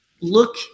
look